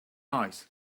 eyes